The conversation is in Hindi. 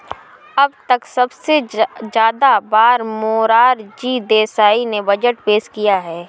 अब तक सबसे ज्यादा बार मोरार जी देसाई ने बजट पेश किया है